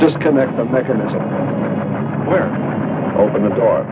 disconnect the mechanism where open the door